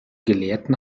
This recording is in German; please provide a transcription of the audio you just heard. gelehrten